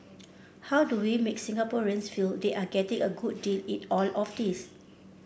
how do we make Singaporeans feel they are getting a good deal in all of this